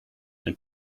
and